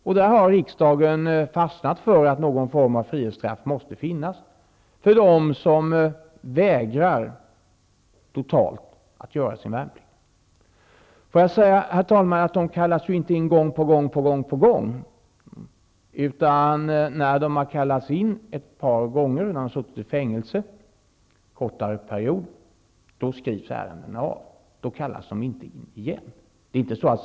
Riksdagen har då fastnat för att det måste finnas någon form av frihetsstraff för dem som vägrar totalt att göra sin värnplikt. Herr talman! Värnpliktsvägrarna kallas ju inte in gång på gång. När de har kallats in ett antal gånger, vägrat och suttit i fängelse en kortare period, skrivs ärendena av. Sedan kallas de inte in flera gånger.